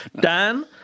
Dan